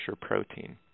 protein